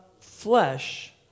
flesh